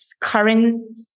current